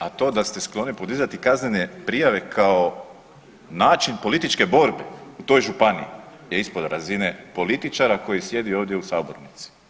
A to da ste skloni podizati kaznene prijave kao način političke borbe u toj županiji je ispod razine političara koji sjedi ovdje u sabornici.